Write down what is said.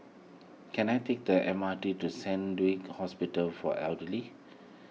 can I take the M R T to Saint Luke's Hospital for Elderly